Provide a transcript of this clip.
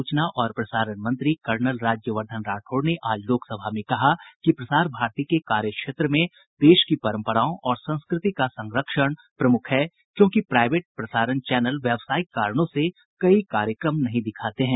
सूचना और प्रसारण मंत्री कर्नल राज्यवर्धन राठौड़ ने आज लोक सभा में कहा कि प्रसार भारती के कार्यक्षेत्र में देश की परंपराओं और संस्कृति का संरक्षण प्रमुख है क्योंकि प्राइवेट प्रसारण चैनल व्यावसायिक कारणों से कई कार्यक्रम नहीं दिखाते हैं